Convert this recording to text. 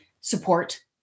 Support